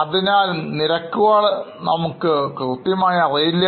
അതിനാൽ നിരക്കുകൾ നമ്മൾക്ക് അറിയില്ല